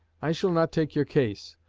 i shall not take your case,